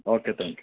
okay thank you